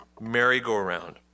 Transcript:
merry-go-round